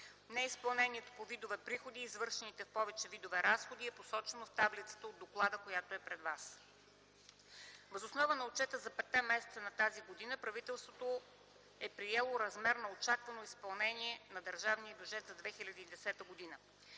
Неизпълнението по видовете приходи и извършените в повече видове разходи е посочено в таблицата от доклада, която е пред вас. Въз основа на отчета за 5-те месеца на тази година правителството е приело размер на очаквано изпълнение на държавния бюджет за 2010 г.